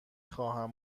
خواهم